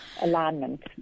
alignment